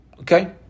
Okay